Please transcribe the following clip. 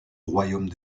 royaume